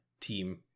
team